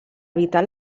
evitar